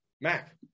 Mac